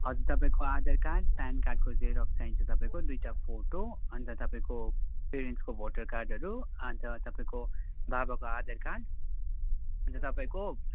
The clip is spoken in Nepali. हजुर तपाईँको आधार कार्ड प्यान कार्डको जेरक्स चाहिन्छ तपाईँको दुईवटा फोटो अन्त तपाईँको पेरेन्टसको भोटर कार्डहरू र तपाईँको बाबाको आधार कार्ड र तपाईँको